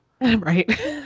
right